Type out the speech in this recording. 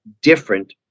different